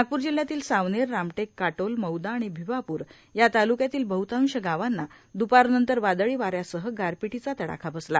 नागपूर जिल्ह्यातील सावनेर रामटेक काटोल मौदा आणि भिवापूर या तालुक्यातील बहतांश गावांना दुपारनंतर वादळी वाऱ्यासह गारपिटीचा तडाखा बसला